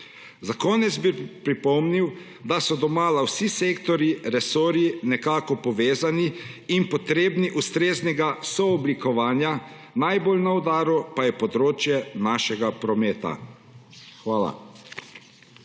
Za konec bi pripomnil, da so domala vsi sektorji, resorji, nekako povezani in potrebni ustreznega sooblikovanja, najbolj na udaru pa je področje našega prometa. Hvala.